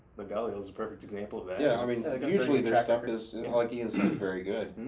the galil's a perfect example of that. yeah, i mean usually trifecta's, like ian said, very good.